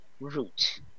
root